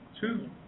two